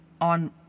on